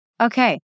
Okay